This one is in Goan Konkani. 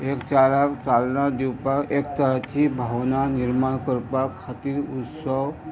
एक चाराक चालना दिवपाक एक तराची भावनां निर्माण करपा खातीर उत्सव